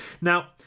Now